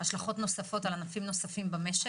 אלא השלכות נוספות על ענפים נוספים למשק.